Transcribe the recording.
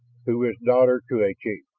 who is daughter to a chief.